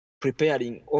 preparing